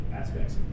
aspects